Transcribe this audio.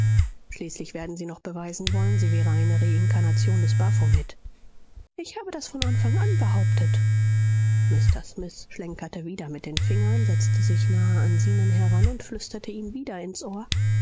schließlich werden sie noch beweisen wollen sie wäre eine reinkarnation des baphomet ich habe das von anfang an behauptet mr smith schlenkerte wieder mit den fingern setzte sich nahe an zenon heran und flüsterte ihm wieder ins ohr